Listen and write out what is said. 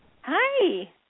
Hi